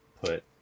put